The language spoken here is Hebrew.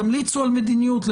תמליצו על מדיניות.